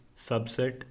subset